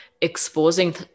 exposing